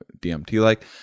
DMT-like